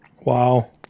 Wow